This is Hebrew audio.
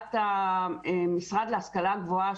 והקמת המשרד להשכלה גבוהה,